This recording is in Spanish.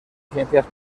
ciencias